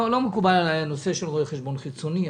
לא מקובל עליי הנושא של רואה חשבון חיצוני.